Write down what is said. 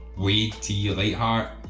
wait till your late heart